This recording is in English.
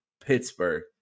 Pittsburgh